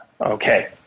Okay